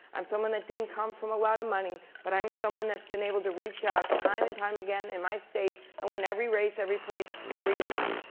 i'm someone that didn't come from a lot of money, but i'm someone that's been able to reach out time and time again in my state and win every race, every place, every time.